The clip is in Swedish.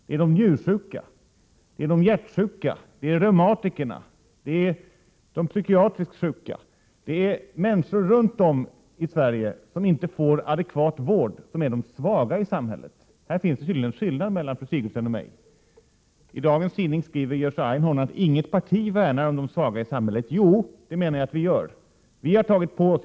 Det är de njursjuka, de hjärtsjuka, reumatikerna och de psykiskt sjuka. Det är de människor runt om i Sverige som inte får adekvat vård som är de svaga i samhället. Där finns tydligen skillnaden mellan fru Sigurdsen och mig. I dagens tidning skriver Jerzy Einhorn att inget parti värnar om de svaga i samhället. Jo, det menar jag att vi gör.